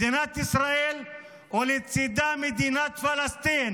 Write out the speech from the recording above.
מדינת ישראל ולצידה מדינת פלסטין